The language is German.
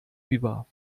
über